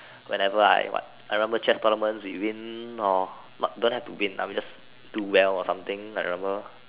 whenever I what I remember chess tournaments we win or don't have to win just do well or something I remember